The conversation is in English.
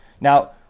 Now